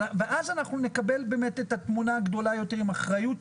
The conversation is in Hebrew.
אז אנחנו נקבל את התמונה הגדולה יותר עם אחריות,